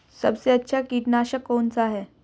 सबसे अच्छा कीटनाशक कौन सा है?